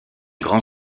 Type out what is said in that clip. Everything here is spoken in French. grand